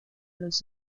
los